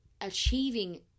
achieving